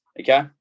okay